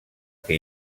que